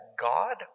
God